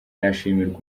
arashimirwa